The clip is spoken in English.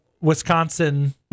Wisconsin